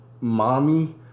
mommy